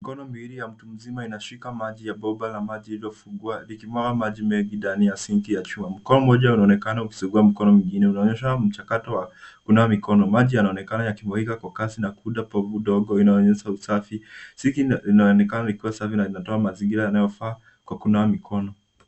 Mikono miwili ya mtu mzima inashika maji ya bomba la maji lililofungua likimwaga maji mengi ndani ya sinki ya chuma. Mkono mmoja unaonekana ukisugua mkono mwingine. Unaonyesha mchakato wa kunawa mikono. Maji yanaonekana yakimwagika kwa kasi na kuunda povu ndogo. Inaonyesha usafi. Sinki linaonekana likiwa safi na inatoa mazingira inayofaa kwa kunawa mikono.